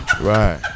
right